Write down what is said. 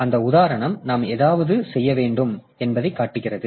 எனவே அந்த உதாரணம் நாம் ஏதாவது செய்ய வேண்டும் என்பதைக் காட்டுகிறது